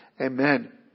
Amen